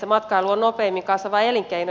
matkailu on nopeimmin kasvava elinkeino